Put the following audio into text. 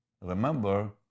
Remember